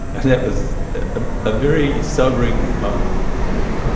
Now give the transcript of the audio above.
that was a ah very sobering moment for me.